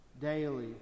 daily